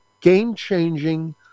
game-changing